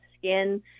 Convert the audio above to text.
skin